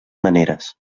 maneres